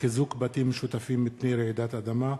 (חיזוק בתים משותפים מפני רעידות אדמה)